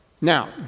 Now